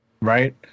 Right